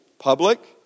public